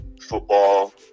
football